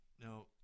Now